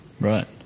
Right